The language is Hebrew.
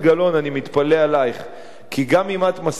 אני מתפלא עלייך כי גם אם את מסכימה עם